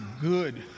good